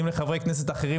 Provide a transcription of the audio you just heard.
פונים לחברי כנסת אחרים.